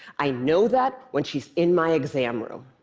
i know that when she's in my exam room.